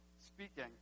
speaking